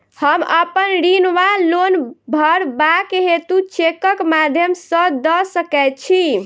हम अप्पन ऋण वा लोन भरबाक हेतु चेकक माध्यम सँ दऽ सकै छी?